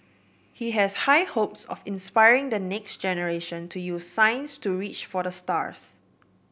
he has high hopes of inspiring the next generation to use science to reach for the stars